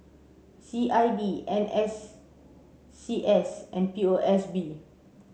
C I D N S C S and P O S B